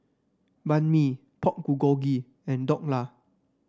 Banh Mi Pork Bulgogi and Dhokla